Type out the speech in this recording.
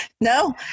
No